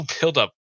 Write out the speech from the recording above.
build-up